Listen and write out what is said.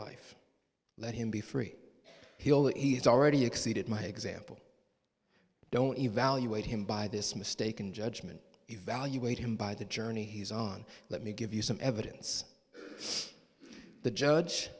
life let him be free he all that he has already exceeded my example don't evaluate him by this mistaken judgment evaluate him by the journey he's on let me give you some evidence the judge